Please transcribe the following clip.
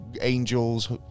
angels